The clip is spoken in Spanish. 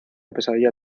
pesadilla